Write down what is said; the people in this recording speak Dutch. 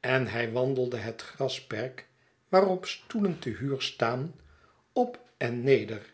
en hij wandelde het grasperk waarop stoelen te huur staan op en neder